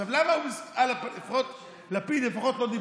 עכשיו, לפיד לפחות לא דיבר.